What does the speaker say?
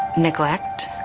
neglect,